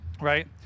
right